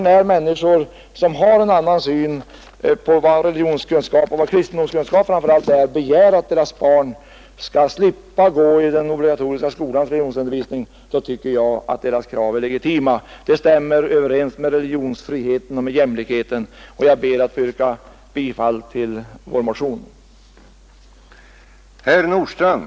När människor som har en annan syn på vår religionskunskap och vår kristendomskunskap begär att deras barn skall slippa gå i den obligatoriska skolans religionsundervisning, då tycker jag att deras krav är legitima. Det stämmer överens med religionsfrihet och med jämlikhet. Jag ber att få yrka bifall till motionen 193.